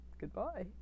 Goodbye